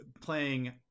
playing